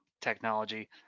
technology